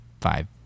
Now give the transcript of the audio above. five